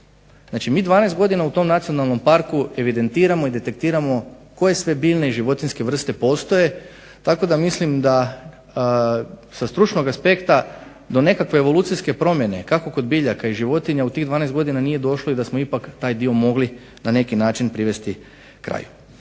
mi 13 godina u tom nacionalnom parku evidentiramo i detektiramo koje sve biljne i životinjske vrste postoje tako da mislim da sa stručnog aspekta do nekakve evolucijske promjene kako kod biljaka i životinja u tih 12 godina nije došlo i kako smo ipak taj dio mogli na neki način privesti kraju.